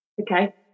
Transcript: Okay